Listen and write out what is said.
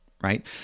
right